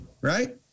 right